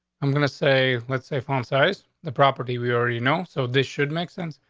i'm gonna say, let's say fun size the property we already know. so this should make sense.